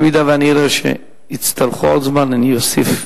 ואם אני אראה שיצטרכו עוד זמן, אני אוסיף.